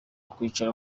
kwicara